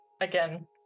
again